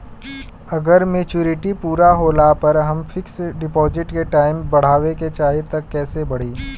अगर मेचूरिटि पूरा होला पर हम फिक्स डिपॉज़िट के टाइम बढ़ावे के चाहिए त कैसे बढ़ी?